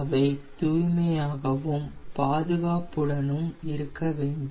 அவை தூய்மையாகவும் பாதுகாப்புடனும் இருக்க வேண்டும்